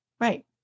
Right